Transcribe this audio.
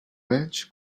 veig